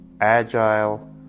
agile